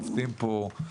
עובדים פה,